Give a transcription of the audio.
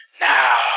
Now